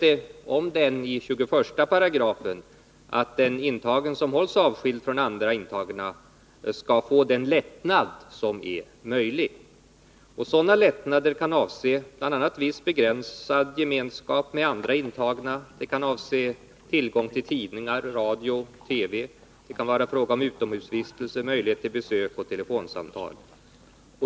121 § sägs att intagen som hålls avskild från andra intagna skall få den lättnad som är möjlig. Sådana lättnader kan.avse bl.a. viss begränsad gemenskap med andra intagna, tillgång till tidningar, radio och TV. Det kan också vara fråga om utomhusvistelse, besök och telefonsamtal.